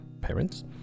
parents